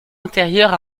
intérieure